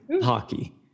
hockey